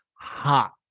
hot